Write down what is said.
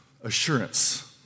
assurance